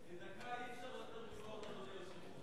בדקה אי-אפשר יותר מ"ווארט", אדוני היושב-ראש.